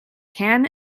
can